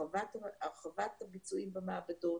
הרחבת הביצועים במעבדות